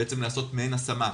יש אפשרות לעשות מעין השמה,